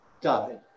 died